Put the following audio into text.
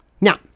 Now